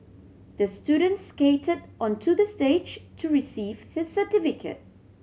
the student skated onto the stage to receive his certificate